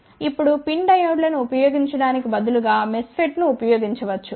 ఇప్పుడు PIN diode లను ఉపయోగించటానికి బదులుగా MESFET ను ఉపయోగించవచ్చు